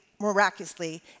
miraculously